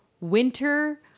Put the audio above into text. winter